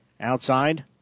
outside